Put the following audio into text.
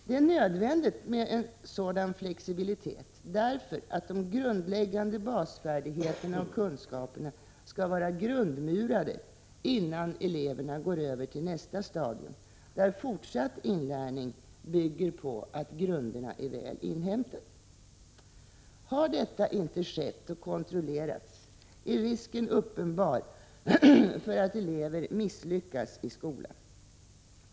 Det är nödvändigt med en sådan flexibilitet därför att de grundläggande färdigheterna och kunskaperna skall vara grundmurade innan eleverna går över till nästa stadium, där fortsatt inlärning bygger på att grunderna är väl inhämtade. Har detta inte skett och kontrollerats är risken för att elever misslyckas i skolan uppenbar.